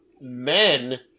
men